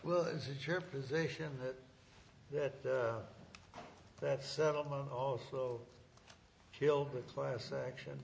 well is it your position that that settlement also killed with class action